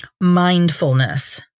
mindfulness